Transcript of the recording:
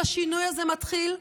השינוי הזה מתחיל,